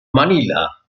manila